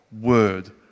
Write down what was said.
word